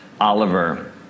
Oliver